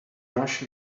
rush